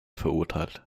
verurteilt